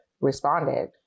responded